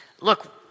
look